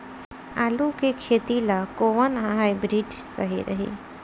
आलू के खेती ला कोवन हाइब्रिड बीज सही रही?